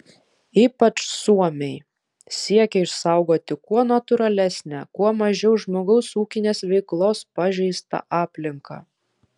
ypač suomiai siekia išsaugoti kuo natūralesnę kuo mažiau žmogaus ūkinės veiklos pažeistą aplinką